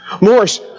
Morris